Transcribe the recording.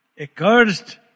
accursed